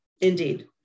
indeed